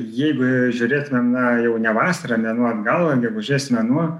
jeigu žiūrėtumėm na jau ne vasarą mėnuo atgal gegužės mėnuo